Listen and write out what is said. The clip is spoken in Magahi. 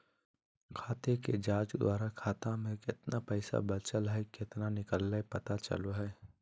खाते के जांच द्वारा खाता में केतना पैसा बचल हइ केतना निकलय पता चलो हइ